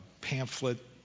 pamphlet